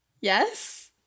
Yes